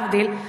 להבדיל,